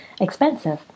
expensive